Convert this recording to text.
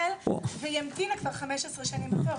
והיא המתינה כבר 15 שנים בתור,